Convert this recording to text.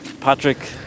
Patrick